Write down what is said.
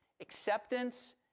acceptance